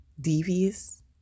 devious